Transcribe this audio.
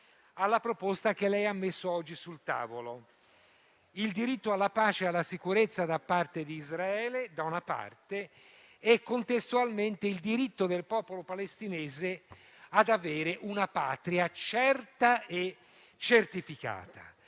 alla proposta che lei ha messo oggi sul tavolo: il diritto alla pace e alla sicurezza da parte di Israele, da una parte, e, contestualmente, il diritto del popolo palestinese ad avere una patria certa e certificata.